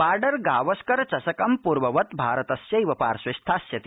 border Gavaskar चषकम् पूर्ववत् भारतस्यैव पार्श्वे स्थास्यति